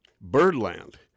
Birdland